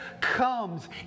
comes